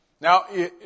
Now